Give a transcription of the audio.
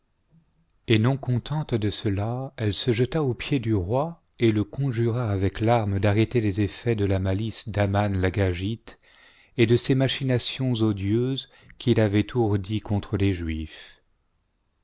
et non contente de cela elle se jeta aux pieds du roi et le conjura avec larmes d'arrêter les effets de la malice d'aman l'agagite et de ses machinations odieuses qu'il avait ourdies contre les juifs